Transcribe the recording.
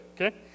Okay